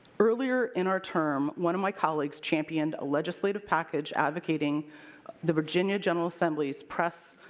earlier in our term one of my colleagues championed a legislative package advocating the virginia general assembly's press